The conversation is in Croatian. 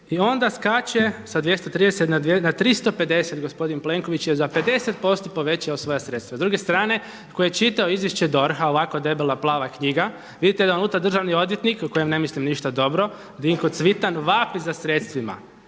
i onda skače sa 230 na 350. Gospodin Plenković je za 50% povećao svoja sredstva. S druge strane tko je čitao izvješće DORH-a ovako debela plava knjiga, vidite da unutra državni odvjetnik o kojem ne mislim ništa dobro Dinko Cvitan vapi za sredstvima